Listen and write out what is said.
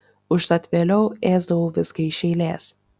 užtat vėliau ėsdavau viską iš eilės